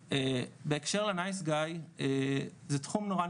בהקשר לנייס גאי זה תחום נורא,